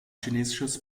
chinesisches